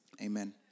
Amen